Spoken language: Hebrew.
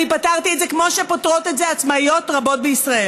אני פתרתי את זה כמו שפותרות את זה עצמאיות רבות בישראל,